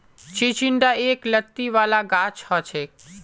चिचिण्डा एक लत्ती वाला गाछ हछेक